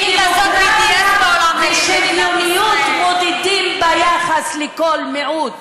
כי שוויוניות מודדים ביחס לכל מיעוט,